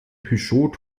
peugeot